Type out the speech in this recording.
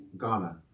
Ghana